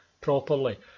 properly